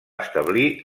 establir